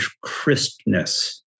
crispness